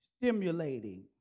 stimulating